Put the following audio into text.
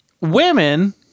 women